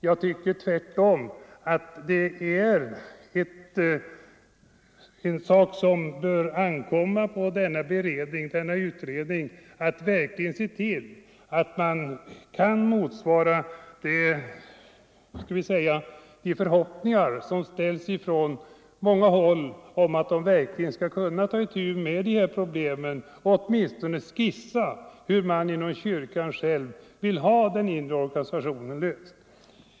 Jag tycker tvärtom att det bör ankomma på denna utredning att själv se till att den motsvarar de förhoppningar som från många håll ställts på den, att gruppen verkligen skall ta itu med problemen och åtminstone skissera hur man inom kyrkan själv vill ha den inre organisationen ordnad.